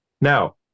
Now